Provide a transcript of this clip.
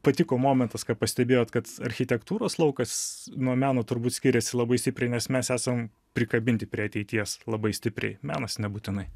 patiko momentas ką pastebėjot kad architektūros laukas nuo meno turbūt skiriasi labai stipriai nes mes esam prikabinti prie ateities labai stipriai menas nebūtinai